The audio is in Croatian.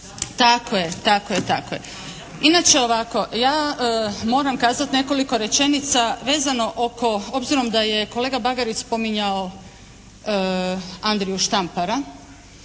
vas, tako je, tako je. Inače, ovako ja moram kazati nekoliko rečenica vezano oko obzirom da je kolega Bagarić spominjao Andriju Štampara,